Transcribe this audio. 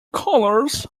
colours